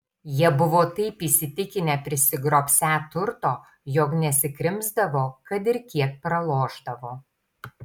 jie buvo taip įsitikinę prisigrobsią turto jog nesikrimsdavo kad ir kiek pralošdavo